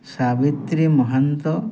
Savitri Mahanta